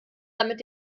damit